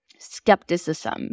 skepticism